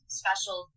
special